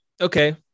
Okay